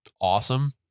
awesome